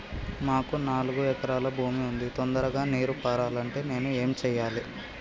మాకు నాలుగు ఎకరాల భూమి ఉంది, తొందరగా నీరు పారాలంటే నేను ఏం చెయ్యాలే?